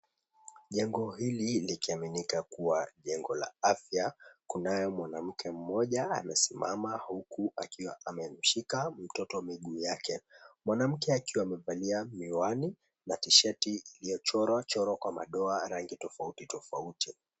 Jengo hili likiaminika kuwa jengo la afya. Kunaye mwanamke mmoja amesimama huku akiwa amemshika mtoto miguu yake. Mwanamke akiwa amevalia miwani na tishati iliyochorwachorwa kwa madoa rangi tofauti tofauti.